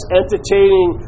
entertaining